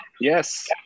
Yes